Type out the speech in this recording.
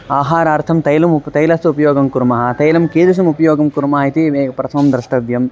आहारार्थं तैलं तैलस्य उपयोगं कुर्मः तैलस्य कीदृशम् उपयोगं कुर्मः इति मे प्रथमं द्रष्टव्यम्